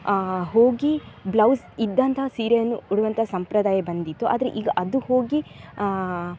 ಹೋಗಿ ಬ್ಲೌಸ್ ಇದ್ದಂತಹ ಸೀರೆಯನ್ನು ಉಡುವಂಥ ಸಂಪ್ರದಾಯ ಬಂದಿತು ಆದರೆ ಈಗ ಅದು ಹೋಗಿ